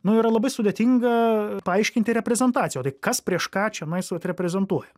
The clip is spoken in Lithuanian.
nu yra labai sudėtinga paaiškinti reprezentaciją o tai kas prieš ką čionais vat reprezentuoja